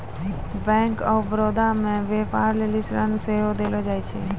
bank of Baroda मे व्यपार लेली ऋण सेहो देलो जाय छै